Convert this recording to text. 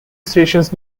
stations